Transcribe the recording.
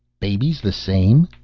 babies the same?